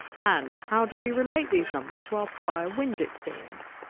and how do we relate these numbers to our prior wind experience?